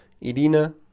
Irina